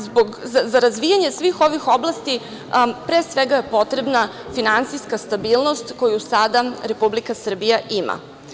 Za razvijanje svih ovih oblasti pre svega, je potrebna finansijska stabilnost koju sada Republika Srbija ima.